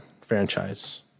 franchise